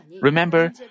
Remember